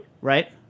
Right